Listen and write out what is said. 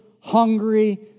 hungry